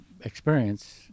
experience